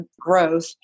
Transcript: growth